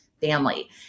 family